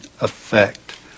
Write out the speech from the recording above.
effect